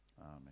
Amen